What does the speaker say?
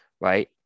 right